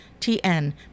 TN